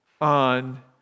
on